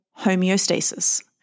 homeostasis